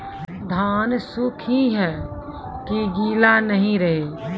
धान सुख ही है की गीला नहीं रहे?